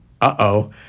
uh-oh